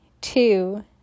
two